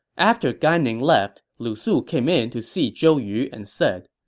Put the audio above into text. after gan ning left, lu su came in to see zhou yu and said,